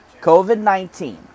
COVID-19